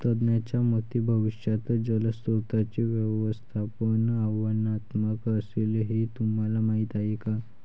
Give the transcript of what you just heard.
तज्ज्ञांच्या मते भविष्यात जलस्रोतांचे व्यवस्थापन आव्हानात्मक असेल, हे तुम्हाला माहीत आहे का?